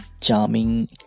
charming